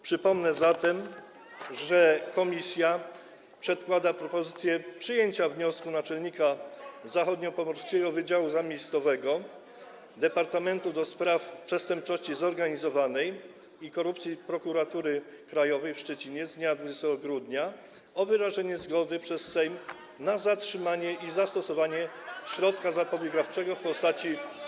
Przypomnę zatem, że komisja przedkłada propozycję przyjęcia wniosku naczelnika Zachodniopomorskiego Wydziału Zamiejscowego Departamentu do spraw Przestępczości Zorganizowanej i Korupcji Prokuratury Krajowej w Szczecinie z dnia 20 grudnia o wyrażenie zgody przez Sejm na zatrzymanie i zastosowanie środka zapobiegawczego w postaci.